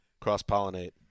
cross-pollinate